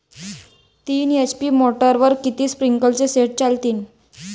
तीन एच.पी मोटरवर किती स्प्रिंकलरचे सेट चालतीन?